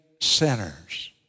sinners